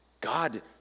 God